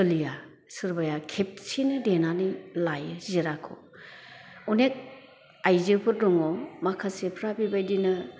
सोलिया सोरबाया खेबसेनो देनानै लायो जिराखौ अनेक आयजोफोर दङ माखासेफ्रा बे बायदिनो